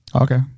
Okay